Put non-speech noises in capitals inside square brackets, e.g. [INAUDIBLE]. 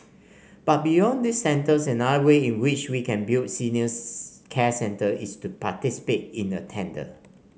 but beyond these centres another way in which we can build senior [UNINTELLIGIBLE] care centres is to participate in a tender